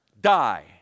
die